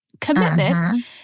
commitment